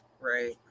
Right